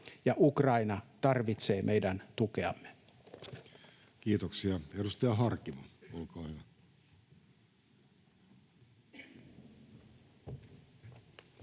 Ukraina tarvitsee meidän tukeamme. Kiitoksia. — Edustaja Harkimo, olkaa hyvä.